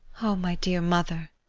o my dear mother,